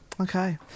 Okay